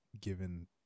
given